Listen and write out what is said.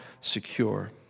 secure